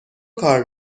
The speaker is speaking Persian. کار